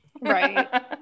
Right